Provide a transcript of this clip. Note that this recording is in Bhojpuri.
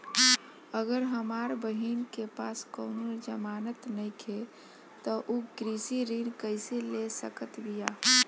अगर हमार बहिन के पास कउनों जमानत नइखें त उ कृषि ऋण कइसे ले सकत बिया?